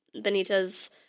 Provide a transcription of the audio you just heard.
Benita's